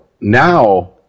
Now